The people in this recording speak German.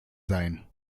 seien